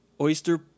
oyster